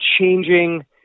changing